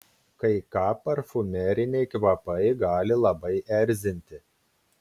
kai ką parfumeriniai kvapai gali labai erzinti